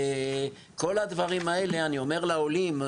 את כל הדברים האלה אני אומר לעולים.